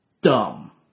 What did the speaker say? Dumb